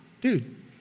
dude